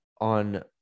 on